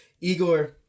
Igor